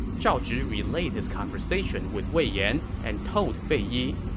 zhao zhi relayed his conversation with wei yan and told fei yi,